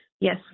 Yes